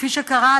כפי שקרה,